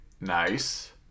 Nice